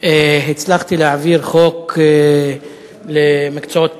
והצלחתי להעביר חוק למקצועות פארה-רפואיים.